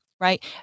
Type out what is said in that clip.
right